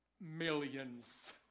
millions